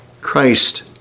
Christ